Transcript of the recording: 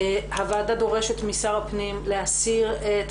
לפיכך הוועדה דורשת משר הפנים להסיר את